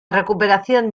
recuperación